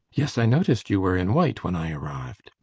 yes, i noticed you were in white when i arrived.